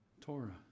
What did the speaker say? Torah